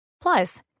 Plus